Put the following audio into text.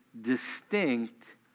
distinct